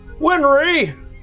Winry